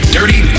Dirty